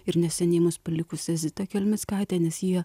ir neseniai mus palikusę zitą kelmickaitę nes jie